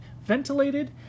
ventilated